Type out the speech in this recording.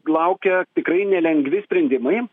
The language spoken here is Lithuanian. laukia tikrai nelengvi sprendimai